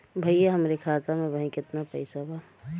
भईया हमरे खाता में अबहीं केतना पैसा बा?